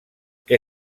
què